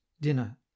dinner